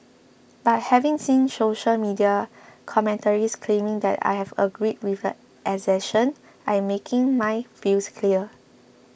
but having seen social media commentaries claiming that I had agreed with the assertion I am making my views clear